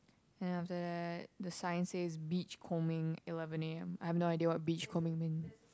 then after that the sign says beach combing eleven A_M I have no idea what beach combing mean